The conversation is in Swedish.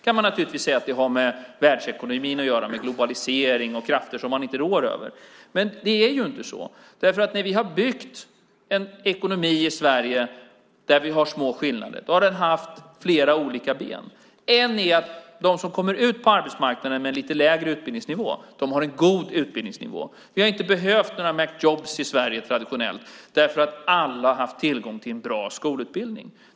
Man kan naturligtvis säga att det har med världsekonomin att göra, med globalisering och krafter man inte rår över att göra. Men det är inte så. Vi har byggt en ekonomi i Sverige med små skillnader, och den har haft flera olika ben. Ett är att de som kommer ut på arbetsmarknaden med lite lägre utbildningsnivå har en god utbildningsnivå. Vi har inte behövt några "MacJobb" i Sverige traditionellt, därför att alla har haft tillgång till en bra skolutbildning.